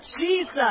Jesus